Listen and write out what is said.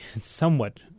somewhat